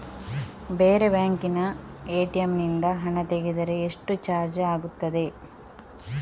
ಬೇರೆ ಬ್ಯಾಂಕಿನ ಎ.ಟಿ.ಎಂ ನಿಂದ ಹಣ ತೆಗೆದರೆ ಎಷ್ಟು ಚಾರ್ಜ್ ಆಗುತ್ತದೆ?